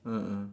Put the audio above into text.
ah ah